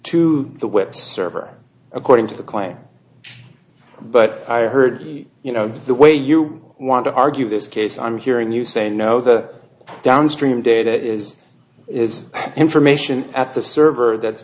to the web server according to the claim but i heard you know the way you want to argue this case i'm hearing you say no the downstream data is is information at the server that